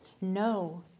No